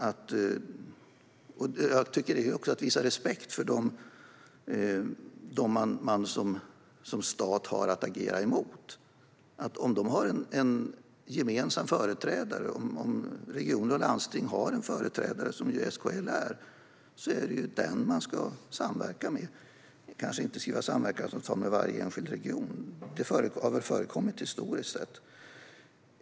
Det är också att visa respekt för dem man som stat har att agera mot. Om kommuner och landsting har en gemensam företrädare, som ju SKL är, är det den man ska samverka med. Man ska kanske inte skriva samverkansavtal med varje enskild region, även om det har förekommit historiskt sett.